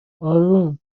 اروم